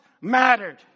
mattered